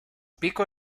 pico